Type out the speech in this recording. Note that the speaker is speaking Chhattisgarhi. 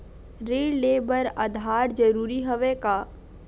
ऋण ले बर आधार जरूरी हवय का?